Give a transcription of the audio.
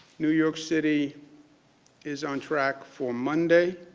new york city is on track for monday,